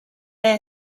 air